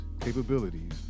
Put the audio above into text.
capabilities